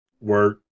work